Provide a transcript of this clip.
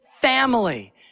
family